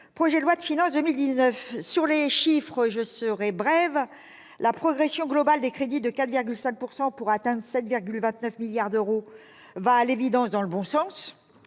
projet de loi de finances pour 2019. Sur les chiffres, je serai brève : la progression globale des crédits de 4,5 %, à 7,29 milliards d'euros, va à l'évidence dans le bon sens,